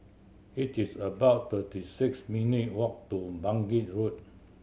it is about thirty six minute walk to Bangkit Road